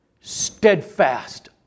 steadfast